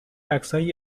عکسهایی